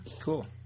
Cool